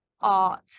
art